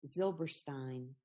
Zilberstein